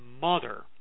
mother